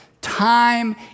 Time